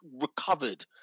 recovered